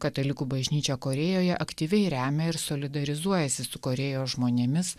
katalikų bažnyčia korėjoje aktyviai remia ir solidarizuojasi su korėjos žmonėmis